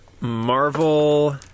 Marvel